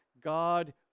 God